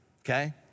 okay